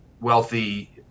wealthy